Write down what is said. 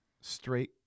straight